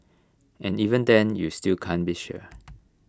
and even then you still can't be sure